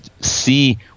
see